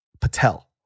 patel